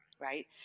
right